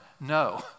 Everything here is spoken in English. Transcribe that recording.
No